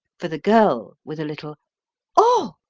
for the girl, with a little oh!